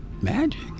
magic